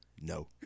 no